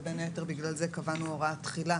ובין היתר בגלל זה קבענו הוראת תחילה